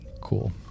cool